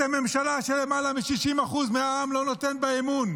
אתם ממשלה אשר למעלה מ-60% מהעם לא נותן בה אמון,